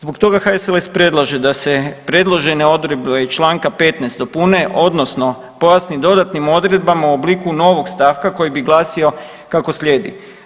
Zbog toga HSLS predlaže da se predložene odredbe iz čl. 15. dopune odnosno pojasnim dodatnim odredbama u obliku novog stavka koji bi glasio kako slijedi.